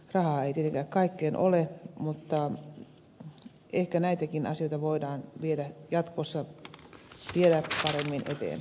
rahaa ei tietenkään kaikkeen ole mutta ehkä näitäkin asioita voidaan viedä jatkossa vielä paremmin eteenpäin